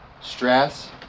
stress